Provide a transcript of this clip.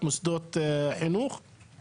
בשנת